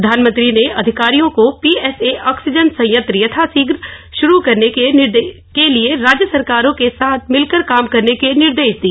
प्रधानमंत्री ने अधिकारियों को पीएसए ऑक्सीजन संयंत्र यथाशीघ्र शुरु करने के लिए राज्य सरकारों के साथ मिलकर काम करने के निर्देश दिए